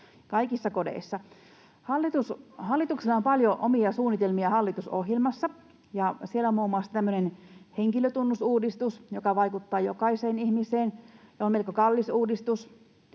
kaikissa kodeissa. Hallituksella on paljon omia suunnitelmia hallitusohjelmassa. Siellä on muun muassa tämmöinen henkilötunnusuudistus, joka vaikuttaa jokaiseen ihmiseen ja on melko kallis uudistus.